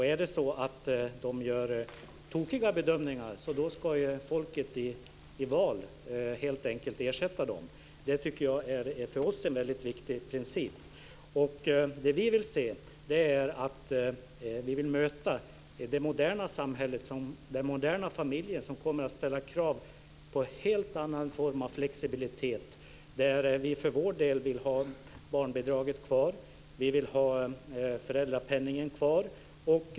Gör de tokiga bedömningar ska ju folket i val helt enkelt ersätta dem. Det är för oss en mycket viktig princip. Vi vill möta det moderna samhället och den moderna familjen som kommer att ställa krav på en helt annan form av flexibilitet. Vi för vår del vill ha barnbidraget kvar, och vi vill ha föräldrapenningen kvar.